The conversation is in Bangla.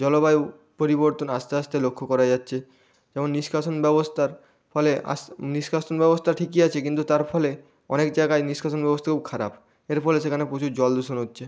জলবায়ু পরিবর্তন আস্তে আস্তে লক্ষ্য করা যাচ্ছে যেমন নিষ্কাশন ব্যবস্থার ফলে আস নিষ্কাশন ব্যবস্তা ঠিকই আছে কিন্তু তার ফলে অনেক জায়গায় নিষ্কাশন ব্যবস্থা খুব খারাপ এর ফলে সেখানে প্রচুর জল দূষণ হচ্ছে